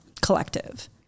collective